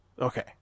Okay